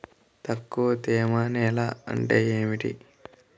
తక్కువ తేమ నేల అంటే ఏమిటి?